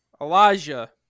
Elijah